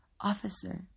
Officer